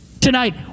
Tonight